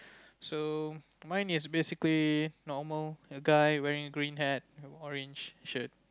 so mine is basically normal a guy wearing green hat and orange shirt